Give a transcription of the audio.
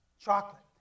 chocolate